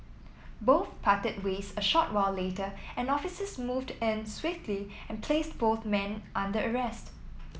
both parted ways a short while later and officers moved in swiftly and placed both men under arrest